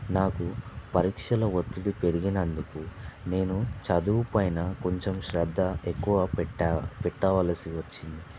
నాకు పరీక్షల ఒత్తిడి పెరిగినందుకు నేను చదువు పైన కొంచెం శ్రద్ధ ఎక్కువ పెట్టాను పెట్టవలసివచ్చింది